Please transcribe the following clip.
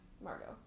Margot